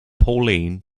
pauline